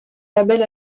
label